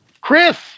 Chris